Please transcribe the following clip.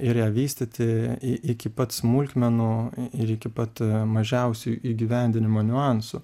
ir ją vystyti i iki pat smulkmenų ir iki pat mažiausių įgyvendinimo niuansų